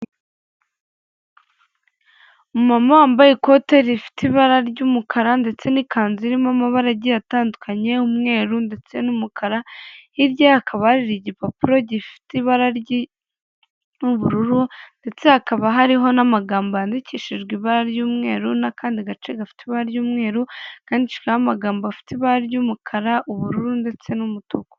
Umumama wambaye ikote rifite ibara ry'umukara ndetse n'ikanzu irimo amabara agiye atandukanye ,umweru ndetse n'umukara ,hirya ye hakaba hari igipapuro gifite ibara ry'ubururu ndetse hakaba hariho n'amagambo yandikishijwe ibara ry'umweru n'akandi gace gafite ibara ry'umweru ,kandikishijweho amagambo afite ibara ry'umukara, ubururu ndetse n'umutuku.